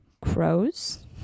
crows